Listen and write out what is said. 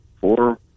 four